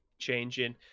Changing